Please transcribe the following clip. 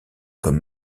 comme